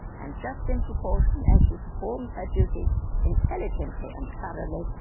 and just in proportion as she performs her duties intelligently and thoroughly,